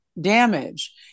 damage